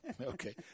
Okay